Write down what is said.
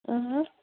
اۭں